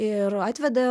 ir atveda